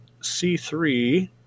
C3